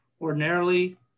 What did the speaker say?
ordinarily